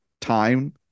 time